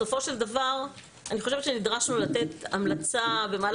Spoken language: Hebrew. בסופו של דבר אני חושבת שנדרשנו לתת במהלך